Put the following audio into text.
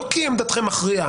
לא כי עמדתכם מכריעה,